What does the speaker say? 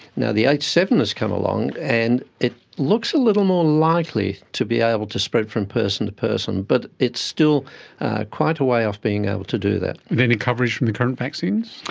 and the h seven has come along and it looks a little more likely to be able to spread from person to person, but it's still quite a way off being able to do that. any coverage from the current vaccines?